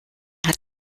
hat